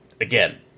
Again